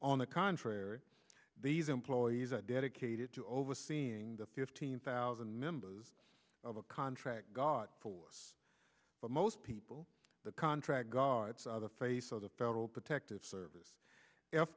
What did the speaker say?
on the contrary these employees are dedicated to overseeing the fifteen thousand members of a contract god force but most people that contract guards are the face of the federal protective service